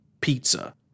pizza